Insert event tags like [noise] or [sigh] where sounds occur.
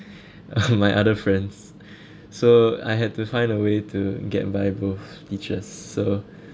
[laughs] my other friends so I had to find a way to get my both teachers so